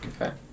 Okay